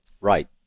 Right